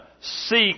seek